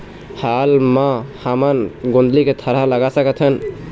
हाल मा हमन गोंदली के थरहा लगा सकतहन?